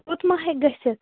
یوٗت ما ہیٚکہِ گٔژھِتھ